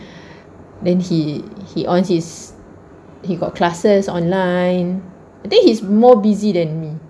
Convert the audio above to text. then he he on his he got classes online I think he's more busy than me